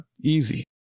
easy